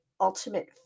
ultimate